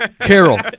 Carol